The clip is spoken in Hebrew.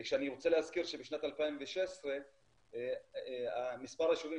כשאני רוצה להזכיר שבשנת 2016 מספר היישובים